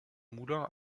moulin